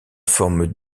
forme